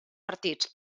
partits